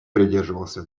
придерживался